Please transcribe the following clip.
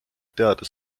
teada